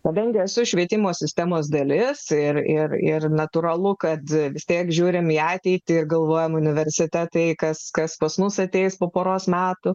su švietimo sistemos dalis ir ir ir natūralu kad vis tiek žiūrime į ateitį ir alvojame universitetai kas kas pas mus ateis po poros metų